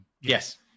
Yes